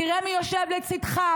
תראה מי יושב לצידך,